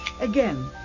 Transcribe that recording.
Again